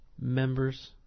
members